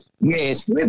Yes